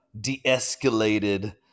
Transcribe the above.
de-escalated